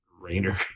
Rainer